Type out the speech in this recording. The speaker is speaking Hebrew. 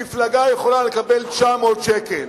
מפלגה יכולה לקבל 900 שקל,